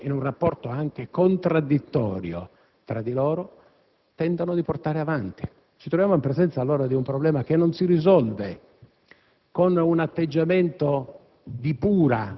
che questi due Paesi, questi due Governi, in un rapporto anche contraddittorio tra di loro, tentano di portare avanti. Ci troviamo allora in presenza di un problema che non si risolve